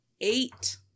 eight